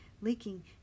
leaking